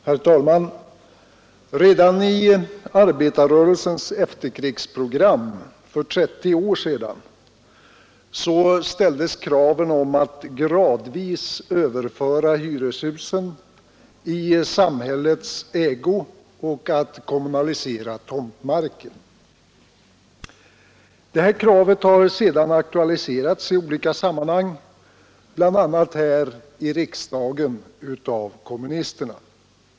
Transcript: Herr talman! Redan i arbetarrörelsens efterkrigsprogram för 30 år sedan ställdes kraven om att gradvis överföra hyreshusen i samhällets ägo och att kommunalisera tomtmarken. Det kravet har sedan aktualiserats i olika sammanhang, bl.a. här i riksdagen av kommunisterna.